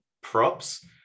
props